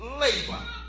labor